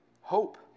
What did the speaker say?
hope